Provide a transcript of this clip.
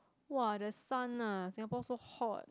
!wah! the sun ah Singapore so hot